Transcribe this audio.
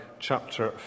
chapter